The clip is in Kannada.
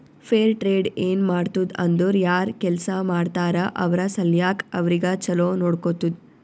ಫೇರ್ ಟ್ರೇಡ್ ಏನ್ ಮಾಡ್ತುದ್ ಅಂದುರ್ ಯಾರ್ ಕೆಲ್ಸಾ ಮಾಡ್ತಾರ ಅವ್ರ ಸಲ್ಯಾಕ್ ಅವ್ರಿಗ ಛಲೋ ನೊಡ್ಕೊತ್ತುದ್